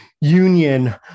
union